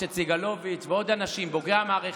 יש את סגלוביץ' ועוד אנשים, בוגרי המערכת,